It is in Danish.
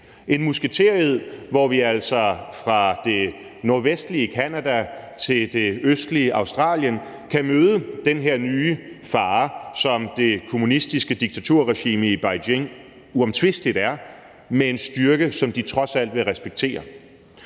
en musketered, hvor vi altså fra det nordvestlige Canada til det østlige Australien kan møde den her nye fare, som det kommunistiske diktaturregime i Beijing uomtvisteligt er, med en styrke, som de trods alt vil respektere.